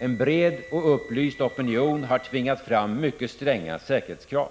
En bred och upplyst opinion har tvingat fram mycket stränga säkerhetskrav.